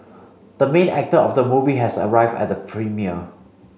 the main actor of the movie has arrived at the premiere